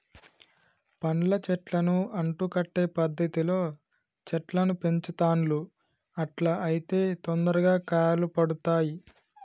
పండ్ల చెట్లను అంటు కట్టే పద్ధతిలో చెట్లను పెంచుతాండ్లు అట్లా అయితే తొందరగా కాయలు పడుతాయ్